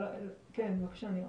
כן, בבקשה, נירה.